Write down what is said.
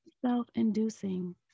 self-inducing